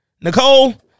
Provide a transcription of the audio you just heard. Nicole